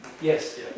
Yes